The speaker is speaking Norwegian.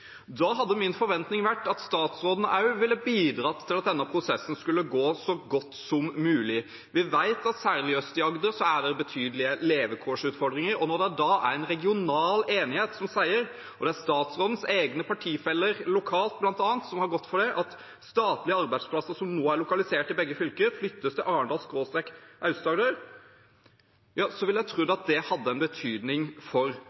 Da hadde min forventning vært at statsråden også ville bidratt til at denne prosessen skulle gå så godt som mulig. Vi vet at det særlig øst i Agder er betydelige levekårsutfordringer, og når det da er en regional enighet som sier – og det er statsrådens egne partifeller lokalt, bl.a., som har gått for det – at statlige arbeidsplasser som nå er lokalisert i begge fylker, flyttes til Arendal/Aust-Agder, ville jeg trodd at det hadde en betydning for